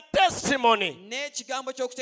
testimony